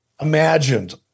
imagined